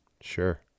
Sure